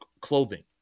clothing